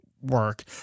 work